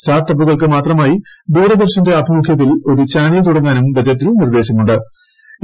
സ്റ്റാർട്ടപ്പുകൾക്ക് മാത്രമായി ദൂരദർശന്റെ ആഭിമുഖൃത്തിൽ ഒരു ചാനൽ തുടങ്ങാനും ബജറ്റിൽ നിർദ്ദേശമു ്